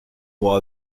può